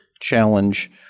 challenge